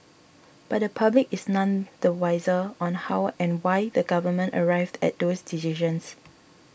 but the public is none the wiser on how and why the Government arrived at those decisions